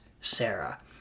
Sarah